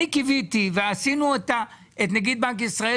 אני קיוויתי ועשינו את נגיד בנק ישראל